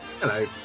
Hello